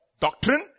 doctrine